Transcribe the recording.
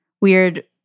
weird